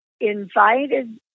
invited